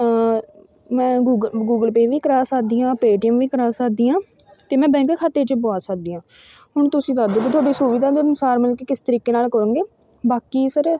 ਮੈਂ ਗੂਗ Google Pay ਵੀ ਕਰਵਾ ਸਕਦੀ ਹਾਂ ਪੇਟੀਐੱਮ ਵੀ ਕਰਵਾ ਸਕਦੀ ਹਾਂ ਅਤੇ ਮੈਂ ਬੈਂਕ ਖਾਤੇ 'ਚ ਪੁਆ ਸਕਦੀ ਹਾਂ ਹੁਣ ਤੁਸੀਂ ਦੱਸ ਦਿਉ ਕਿ ਤੁਹਾਡੀ ਸੁਵਿਧਾ ਦੇ ਅਨੁਸਾਰ ਮਲ ਕਿ ਕਿਸ ਤਰੀਕੇ ਨਾਲ ਕਰੋਂਗੇ ਬਾਕੀ ਸਰ